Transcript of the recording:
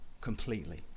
completely